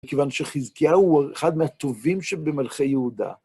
כיוון שחזקיהו הוא אחד מהטובים שבמלכי יהודה.